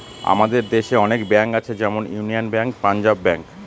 আমাদের দেশে অনেক ব্যাঙ্ক আছে যেমন ইউনিয়ান ব্যাঙ্ক, পাঞ্জাব ব্যাঙ্ক